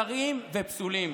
זרים ופסולים.